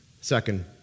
Second